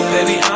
Baby